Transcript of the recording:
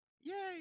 yay